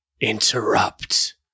interrupt